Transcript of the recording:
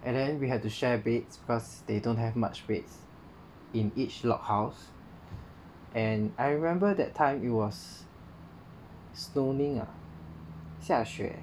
and then we have to share beds because they don't have much beds in each log house and I remember that time it was snowing ah 下雪